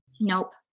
Nope